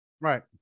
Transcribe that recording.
Right